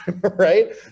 right